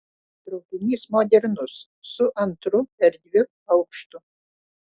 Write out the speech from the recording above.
traukinys modernus su antru erdviu aukštu